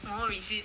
oh is it